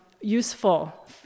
useful